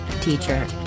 teacher